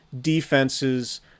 defenses